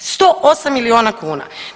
108 milijuna kuna.